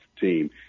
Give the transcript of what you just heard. team